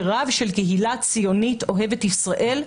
רב של קהילה ציונית אוהבת ישראל,